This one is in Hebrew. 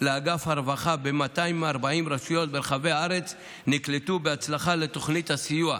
לאגף הרווחה ב-240 רשויות ברחבי הארץ נקלטו בהצלחה לתוכנית הסיוע.